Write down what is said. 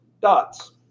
Dots